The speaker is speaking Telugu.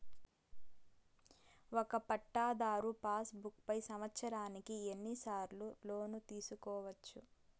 ఒక పట్టాధారు పాస్ బుక్ పై సంవత్సరానికి ఎన్ని సార్లు లోను తీసుకోవచ్చు?